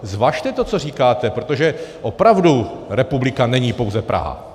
Zvažte to, co říkáte, protože opravdu republika není pouze Praha.